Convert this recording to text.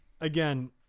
again